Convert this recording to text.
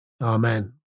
Amen